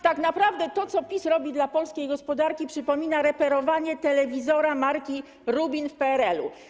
Tak naprawdę to, co PiS robi dla polskiej gospodarki, przypomina reperowanie telewizora marki Rubin w PRL-u.